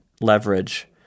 leverage